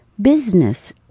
business